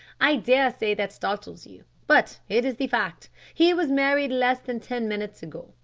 i dare say that startles you, but it is the fact. he was married less than ten minutes ago.